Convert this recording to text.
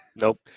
nope